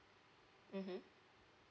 mmhmm